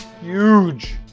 huge